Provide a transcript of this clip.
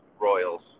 Royals